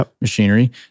Machinery